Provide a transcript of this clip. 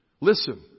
Listen